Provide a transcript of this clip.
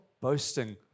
boasting